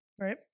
Right